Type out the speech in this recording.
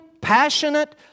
passionate